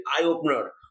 eye-opener